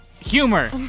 Humor